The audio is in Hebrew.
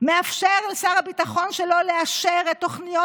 מאפשר לשר הביטחון שלו לאשר את תוכניות